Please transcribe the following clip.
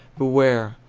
beware,